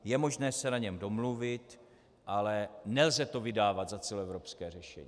Je možné se na něm domluvit, ale nelze to vydávat za celoevropské řešení.